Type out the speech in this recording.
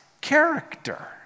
character